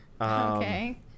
Okay